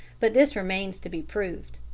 but this remains to be proved.